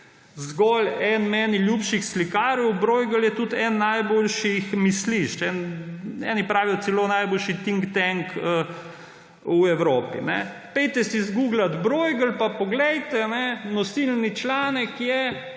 zgolj eden meni ljubših slikarjev, Bruegel je tudi eno najboljših mislišč, eni pravijo, da celo najboljši think tank v Evropi. Poguglajte Bruegel pa poglejte – nosilni članek je